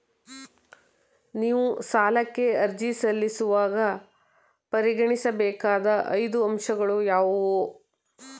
ನೀವು ಸಾಲಕ್ಕೆ ಅರ್ಜಿ ಸಲ್ಲಿಸುವಾಗ ಪರಿಗಣಿಸಬೇಕಾದ ಐದು ಅಂಶಗಳು ಯಾವುವು?